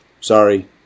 Sorry